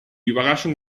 überraschung